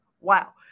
Wow